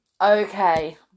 okay